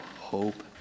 hope